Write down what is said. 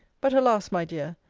but, alas! my dear,